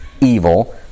evil